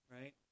right